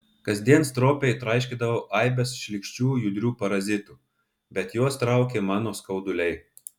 kasdien stropiai traiškydavau aibes šlykščių judrių parazitų bet juos traukė mano skauduliai